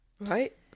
Right